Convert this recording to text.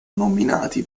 nominati